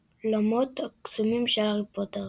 העולמות הקסומים של הארי פוטר